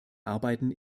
arbeiten